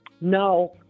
No